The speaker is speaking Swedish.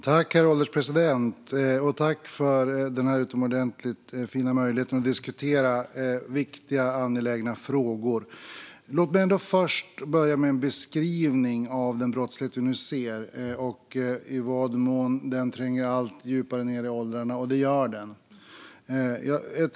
Herr ålderspresident! Tack för en utomordentligt fin möjlighet att diskutera viktiga och angelägna frågor! Låt mig börja med en beskrivning av den brottslighet vi nu ser och i vad mån den tränger allt djupare ned i åldrarna, och det gör den.